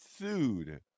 sued